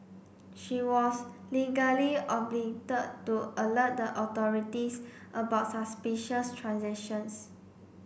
she was legally to alert the authorities about suspicious transactions